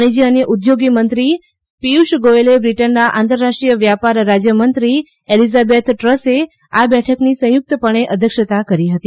વાણિશ્ર્ય અને ઉદ્યોગ મંત્રી પિયુષ ગોયલે બ્રિટેનના આંતરરાષ્ટ્રીય વ્યાપાર રાજ્યમંત્રી એલિઝાબેથ ટ્રસે આ બેઠકની સંયુક્તપણે અધ્યક્ષતા કરી હતી